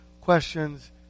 questions